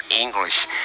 English